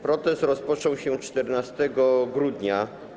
Protest rozpoczął się 14 grudnia.